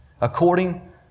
according